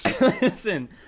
Listen